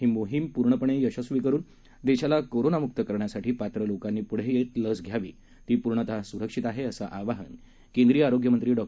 ही माहोम पूर्णपणे यशस्वी करून देशाला कोरोनामुक्त करण्यासाठी पात्र लोकांनी पुढे येत लस घ्यावी ती पूर्णतः सुरक्षित आहे असं आवाहन केंद्रीय आरोग्यमंत्री डॉ